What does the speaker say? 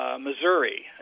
Missouri